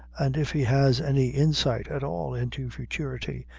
and if he has any insight at all into futurity,